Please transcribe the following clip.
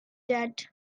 that